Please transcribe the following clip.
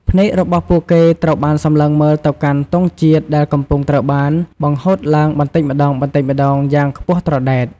ភ្នែករបស់ពួកគេត្រូវបានសំឡឹងមើលទៅកាន់ ទង់ជាតិ ដែលកំពុងត្រូវបាន បង្ហូតឡើងបន្តិចម្តងៗ យ៉ាងខ្ពស់ត្រដែត។